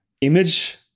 image